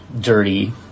dirty